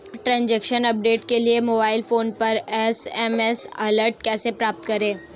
Transaction update के लिए mobile phone पर एस.एम.एस अलर्ट कैसे प्राप्त करें?